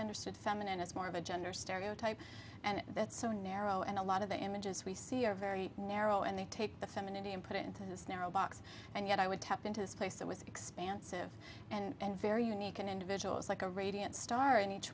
understood feminine is more of a gender stereotype and that's so narrow and a lot of the images we see are very narrow and they take the femininity and put it into this narrow box and yet i would tap into this place that was expansive and very unique individuals like a radiant star in each